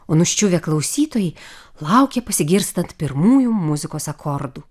o nuščiuvę klausytojai laukė pasigirstant pirmųjų muzikos akordų